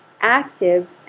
active